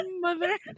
mother